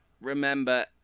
remember